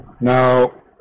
Now